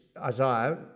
Isaiah